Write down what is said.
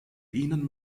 ihnen